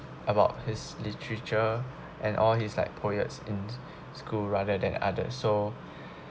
about his literature and all his like poets in school rather than others so